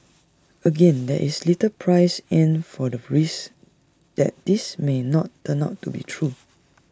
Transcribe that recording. again there is little priced in for the risk that this may not turn out to be true